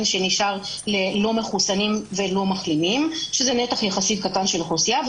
ללא מחוסנים ולא מחלימים שזה נתח קטן יחסית של האוכלוסייה,